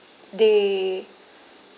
they